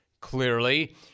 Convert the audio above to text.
Clearly